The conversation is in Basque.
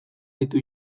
ditu